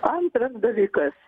antras dalykas